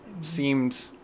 seemed